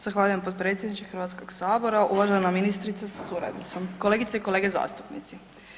Zahvaljujem potpredsjedniče Hrvatskog sabora, uvažena ministrice sa suradnicom, kolegice i kolege zastupnici.